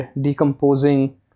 decomposing